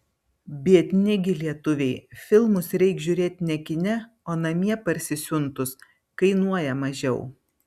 biedni gi lietuviai filmus reik žiūrėt ne kine o namie parsisiuntus kainuoja mažiau